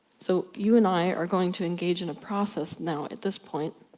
so, you and i are going to engage in a process now, at this point,